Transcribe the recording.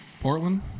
portland